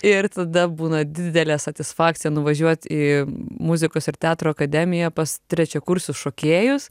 ir tada būna didelė satisfakcija nuvažiuot į muzikos ir teatro akademiją pas trečiakursius šokėjus